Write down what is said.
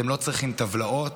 אתם לא צריכים טבלאות,